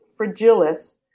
fragilis